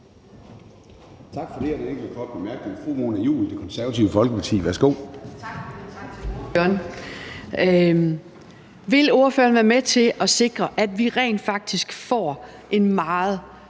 Vil ordføreren være med til at sikre, at vi rent faktisk får en meget